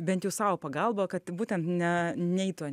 bent jau sau pagalba kad būtent ne neitų